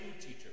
teacher